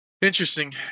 Interesting